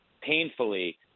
painfully